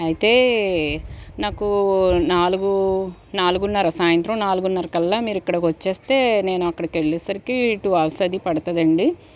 అయితే నాకు నాలుగు నాలుగున్నర సాయంత్రం నాలుగున్నర కల్లా మీరు ఇక్కడికి వచ్చేస్తే నేను అక్కడికి వెళ్లేసరికి టు అవర్స్ అది పడుతుందండి